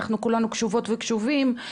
אנחנו כולנו קשובות וקשובים,